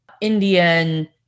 Indian